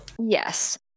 Yes